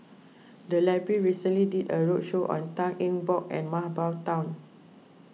the library recently did a roadshow on Tan Eng Bock and Mah Bow Tan